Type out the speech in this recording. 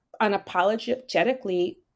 unapologetically